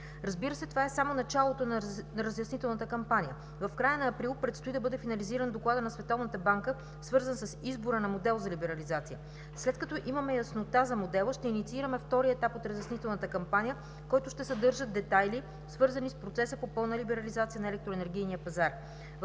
Разбира се, това е само началото на разяснителната кампания. В края на месец април предстои да бъде финализиран докладът на Световната банка, свързан с избора на модел за либерализация. След като имаме яснота за модела, ще инициираме втория етап от разяснителната кампания, който ще съдържа детайли, свързани с процеса по пълна либерализация на електроенергийния пазар.